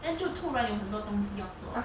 then 就突然有很多东西要做